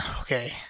Okay